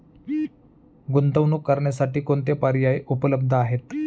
गुंतवणूक करण्यासाठी कोणते पर्याय उपलब्ध आहेत?